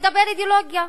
נדבר אידיאולוגיה.